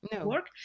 work